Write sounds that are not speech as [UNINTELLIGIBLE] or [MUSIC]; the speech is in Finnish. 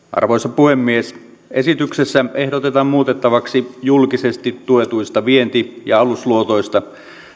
[UNINTELLIGIBLE] arvoisa puhemies esityksessä ehdotetaan muutettavaksi julkisesti tuetuista vienti ja alusluotoista